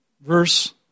Verse